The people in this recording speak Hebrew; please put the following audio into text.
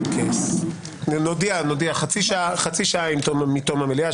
חצי שעה מתום המליאה,